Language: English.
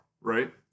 right